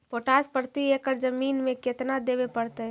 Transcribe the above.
Potash प्रति एकड़ जमीन में केतना देबे पड़तै?